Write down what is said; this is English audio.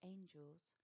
Angels